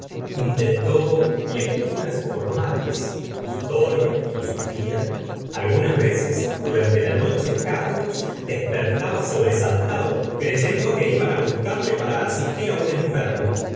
intentó lecturas formales historia filosofía algunas veces durante la noche carlos despertaba sobresaltado creyendo que iban á buscarle para asis tir a un enfermo